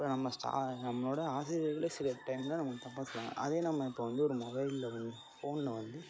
இப்போ நம்ம ச நம்மளோட ஆசிரியர்களே சில டைமில் நமக்கு தப்பாக சொல்வாங்க அதே நம்ம இப்போது வந்து ஒரு மொபைலில் வந் ஃபோனில் வந்து